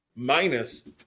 Minus